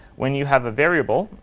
when you have a variable,